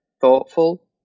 thoughtful